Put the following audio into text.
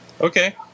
Okay